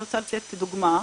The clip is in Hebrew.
אני רוצה לציין דוגמה.